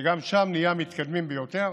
שגם שם נהיה המתקדמים ביותר